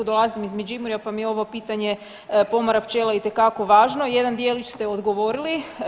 Dolazim iz Međimurja, pa mi je ovo pitanje pomora pčela itekako važno, jedan djelić ste odgovorili.